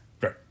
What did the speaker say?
right